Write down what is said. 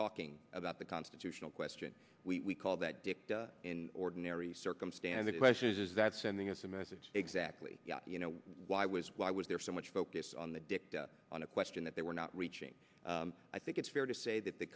talking about the constitutional question we call that dicta in ordinary circumstances question is is that sending us a message exactly you know why was why was there so much focus on the dicta on a question that they were not reaching i think it's fair to say that the